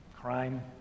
crime